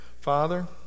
Father